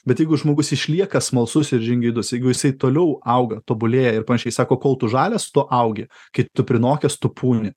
bet jeigu žmogus išlieka smalsus ir žingeidus jeigu jisai toliau auga tobulėja ir panašiai sako kol tu žalias tu augi kai tu prinokęs tu pūni